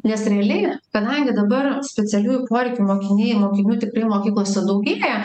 nes realiai kadangi dabar specialiųjų poreikių mokiniai mokinių tikrai mokyklose daugėja